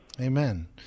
Amen